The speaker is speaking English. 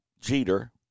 Jeter